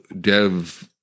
Dev